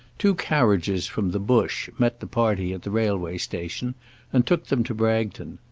two carriages from the bush met the party at the railway station and took them to bragton.